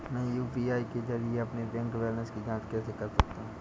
मैं यू.पी.आई के जरिए अपने बैंक बैलेंस की जाँच कैसे कर सकता हूँ?